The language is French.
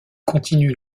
continuent